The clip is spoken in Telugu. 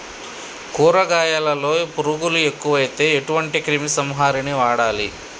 కూరగాయలలో పురుగులు ఎక్కువైతే ఎటువంటి క్రిమి సంహారిణి వాడాలి?